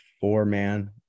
four-man